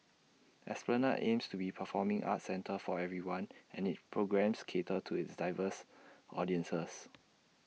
esplanade aims to be A performing arts centre for everyone and its programmes cater to its diverse audiences